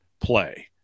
play